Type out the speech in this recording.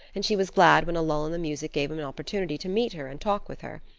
and she was glad when a lull in the music gave them an opportunity to meet her and talk with her.